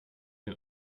den